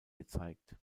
gezeigt